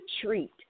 treat